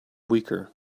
weaker